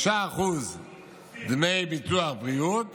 5% דמי ביטוח בריאות